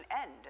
end